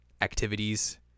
activities